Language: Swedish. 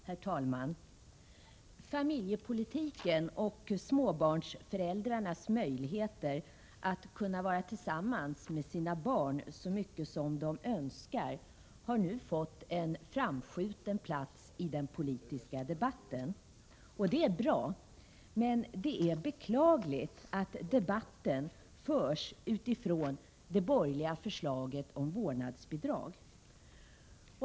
Herr talman! Familjepolitiken och småbarnsföräldrarnas möjligheter att vara tillsammans med sina barn så mycket som de önskar har nu fått en framskjuten plats i den politiska debatten. Det är bra. Men det är beklagligt att debatten förs utifrån det borgerliga förslaget om vårdnadsbidrag.